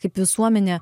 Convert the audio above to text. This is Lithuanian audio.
kaip visuomenė